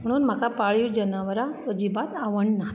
म्हणून म्हाका पाळीव जनावरां अजीबात आवडनात